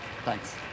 Thanks